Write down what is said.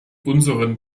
unseren